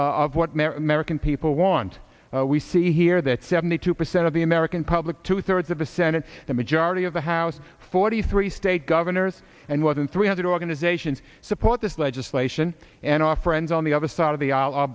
of what merican people want we see here that seventy two percent of the american public two thirds of the senate the majority of the house forty three state governors and wasn't three hundred organizations support this legislation and our friends on the other side of the a